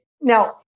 now